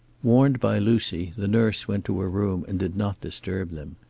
warned by lucy, the nurse went to her room and did not disturb them.